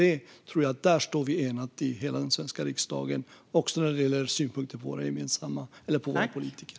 Där tror jag att vi står enade i hela den svenska riksdagen, också när det gäller synpunkter på våra politiker.